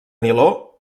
niló